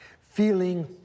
feeling